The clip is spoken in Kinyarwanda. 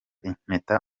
impeta